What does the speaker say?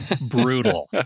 brutal